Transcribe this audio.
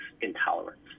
intolerance